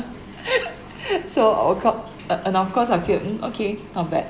so of co~ and of course I feel um okay not bad